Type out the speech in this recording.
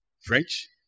French